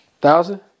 Thousand